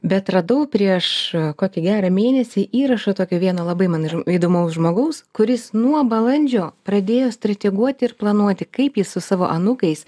bet radau prieš kokį gerą mėnesį įrašą tokio vieno labai man ir įdomaus žmogaus kuris nuo balandžio pradėjo strateguoti ir planuoti kaip jis su savo anūkais